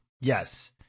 Yes